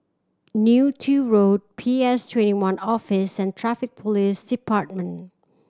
Neo Tiew Road P S Twenty one Office and Traffic Police Department